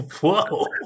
Whoa